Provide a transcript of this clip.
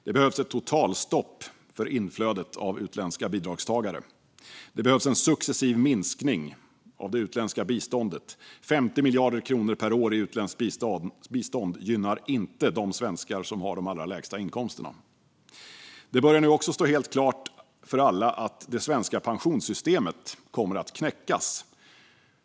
Det behövs ett totalstopp för inflödet av utländska bidragstagare. Det behövs en successiv minskning av det utländska biståndet - 50 miljarder kronor per år i utländskt bistånd gynnar inte de svenskar som har de allra lägsta inkomsterna. Det börjar nu också stå helt klart för alla att det svenska pensionssystemet kommer att knäckas.